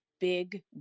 big